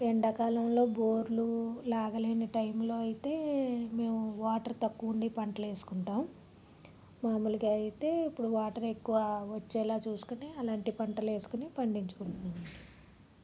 ఎండాకాలంలో బోర్లు లాగలేని టైములో అయితే మేము వాటర్ తక్కువ ఉండే పంటలు వేసుకుంటాం మాములుగా అయితే ఇప్పుడు వాటర్ ఎక్కువ వచ్చేలాగా చూసుకుని అలాంటి పంటలు వేసుకుని పండించుకుంటున్నాం అండి